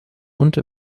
und